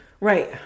Right